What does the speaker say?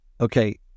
Okay